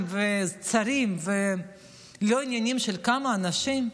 וצרים ולא ענייניים של כמה אנשים,